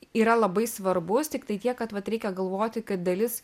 yra labai svarbus tiktai tiek kad vat reikia galvoti kad dalis